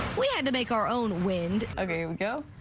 we had to make our own wind again go.